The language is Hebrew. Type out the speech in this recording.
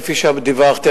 כפי שדיווחתי,